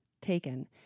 taken